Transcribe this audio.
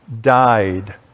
died